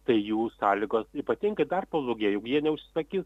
tai jų sąlygos ypatingai dar pablogėjo juk jie neužsisakys